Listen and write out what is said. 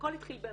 הכל התחיל ב-